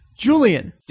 Julian